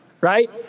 right